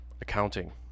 accounting